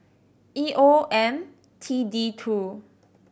E O M T D two